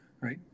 right